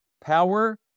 power